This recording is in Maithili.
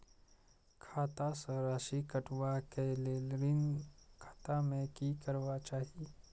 खाता स राशि कटवा कै लेल ऋण खाता में की करवा चाही?